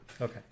Okay